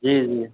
जी जी